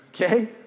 Okay